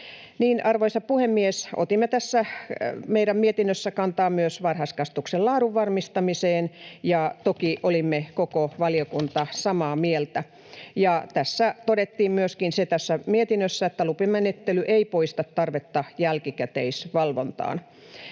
Arvoisa puhemies! Otimme tässä meidän mietinnössämme kantaa myös varhaiskasvatuksen laadun varmistamiseen, ja toki olimme koko valiokunta samaa mieltä. Tässä mietinnössä todettiin myöskin se, että lupamenettely ei poista tarvetta jälkikäteisvalvontaan.